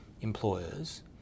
employers